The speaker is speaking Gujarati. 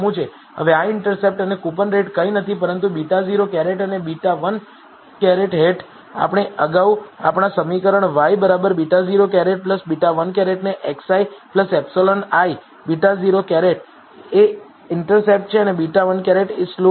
હવે આ ઈન્ટરસેપ્ટ અને કૂપનરેટ કંઈ નથી પરંતુ β̂ 0 અને β̂1 હેટ આપણે અગાઉ આપણા સમીકરણ y β̂ 0 β̂1 ને xi ε I β̂ 0 એ ઇન્ટરસેપ્ટ છે અને β̂1 એ સ્લોપ છે